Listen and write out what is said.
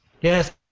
Yes